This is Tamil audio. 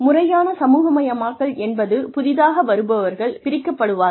முறையான சமூகமயமாக்கல் என்பது புதிதாக வருபவர்கள் பிரிக்கப்படுவார்கள்